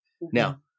Now